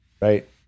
right